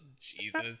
jesus